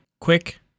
quick